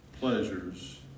pleasures